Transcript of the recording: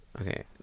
Okay